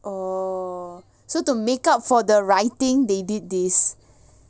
oh so to make up for the writing they did this